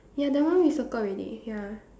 ya that one we circled already ya